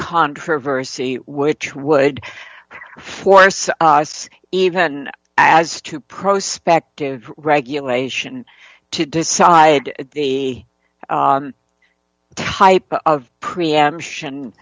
controversy which would force us even as to prospect of regulation to decide the type of preemption